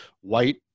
white